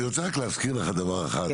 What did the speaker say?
אני רוצה להזכיר לך דבר אחד,